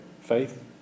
faith